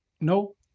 No